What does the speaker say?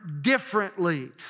differently